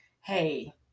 hey